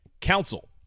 council